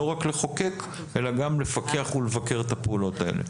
לא רק לחוקק אלא גם לפקח ולבקר את הפעולות האלה,